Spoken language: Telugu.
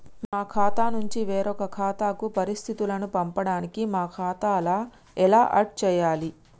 మా ఖాతా నుంచి వేరొక ఖాతాకు పరిస్థితులను పంపడానికి మా ఖాతా ఎలా ఆడ్ చేయాలి?